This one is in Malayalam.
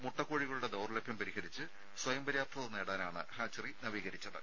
മുട്ടക്കോഴികളുടെ ദൌർലഭ്യം പരിഹരിച്ച് സ്വയം പര്യാപ്തത നേടാനാണ് ഹാച്ചറി നവീകരിച്ചത്